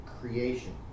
creation